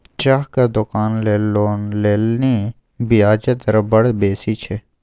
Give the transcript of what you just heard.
चाहक दोकान लेल लोन लेलनि ब्याजे दर बड़ बेसी छै